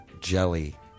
Jelly